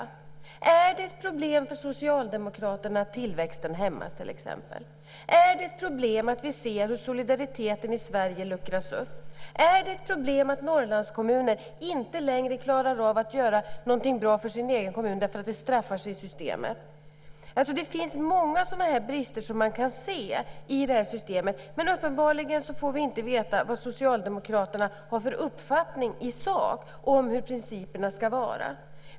Är det till exempel ett problem för Socialdemokraterna att tillväxten hämmas? Är det ett problem att vi ser hur solidariteten i Sverige luckras upp? Är det ett problem att Norrlandskommuner inte längre klarar av att göra någonting bra för sin egen kommun därför att det straffar sig i systemet? Det finns många sådana brister som man kan se i det här systemet, men uppenbarligen får vi inte veta vad Socialdemokraterna har för uppfattning i sak om hur principerna ska vara.